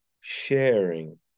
sharing